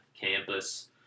campus